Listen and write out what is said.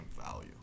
value